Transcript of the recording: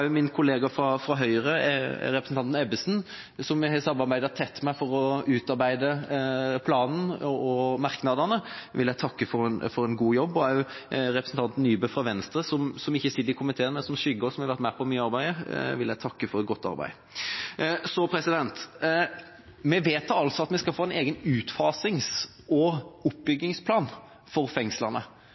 Også min kollega fra Høyre, representanten Ebbesen, som jeg har samarbeidet tett med for å utarbeide planen og merknadene, vil jeg takke for en god jobb, og representanten Nybø fra Venstre, som ikke sitter i komiteen, men som skygger, og som har vært med på mye av arbeidet, vil jeg takke for et godt arbeid. Vi vedtar altså at vi skal få en egen utfasings- og oppbyggingsplan for fengslene.